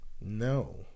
No